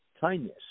kindness